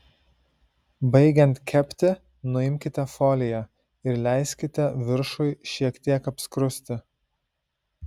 baigiant kepti nuimkite foliją ir leiskite viršui šiek tiek apskrusti